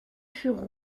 furent